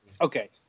Okay